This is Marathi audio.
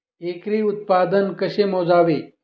एकरी उत्पादन कसे मोजावे?